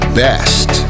best